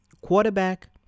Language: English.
quarterback